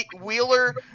Wheeler